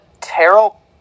Terrell